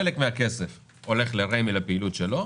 חלק מהכסף הולך לפעילות של רמ"י,